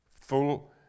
Full